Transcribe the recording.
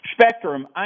Spectrum